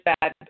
bad